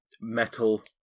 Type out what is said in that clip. metal